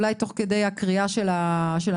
אולי תוך כדי הקריאה של הנוסח.